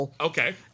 Okay